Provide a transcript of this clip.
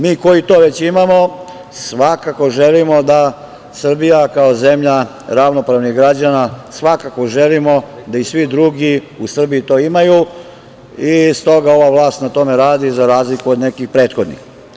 Mi koji to već imamo svakako želimo da Srbija kao zemlja ravnopravnih građana, svakako želimo da i svi drugi u Srbiji to imaju i stoga ova vlast na tome radi za razliku od nekih prethodnih.